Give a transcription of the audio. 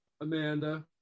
Amanda